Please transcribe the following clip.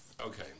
Okay